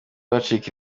bacika